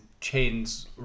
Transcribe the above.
Chains